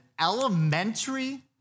elementary